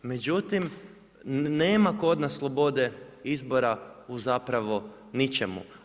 Međutim, nema kod nas slobode izbora u zapravo ničemu.